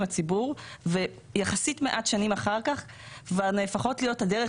הציבור ויחסית מעט שנים אחר כך כבר נהפכות להיות הדרך